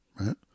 right